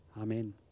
Amen